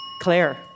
Claire